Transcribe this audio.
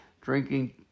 drinking